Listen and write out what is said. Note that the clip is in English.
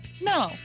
No